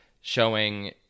showing